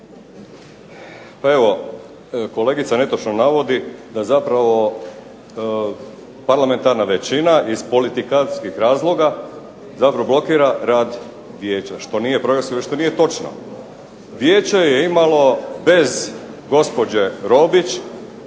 Pa evo, kolegica netočno navodi da zapravo parlamentarna većina iz politikanskih razloga zapravo blokira rad Vijeća što nije točno. Vijeće je imalo bez gospođe Robić